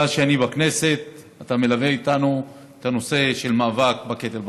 מאז שאני בכנסת אתה מלווה איתנו את הנושא של המאבק בקטל בדרכים.